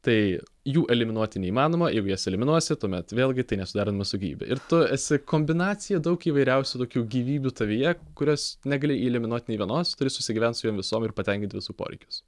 tai jų eliminuoti neįmanoma jeigu jas eliminuosi tuomet vėlgi tai nesuderinama su gyvybe ir tu esi kombinacija daug įvairiausių tokių gyvybių tavyje kurios negali iliminuot nei vienos turi susigyvent su jom visom ir patenkint visų poreikius